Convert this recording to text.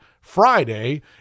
Friday